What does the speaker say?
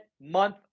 month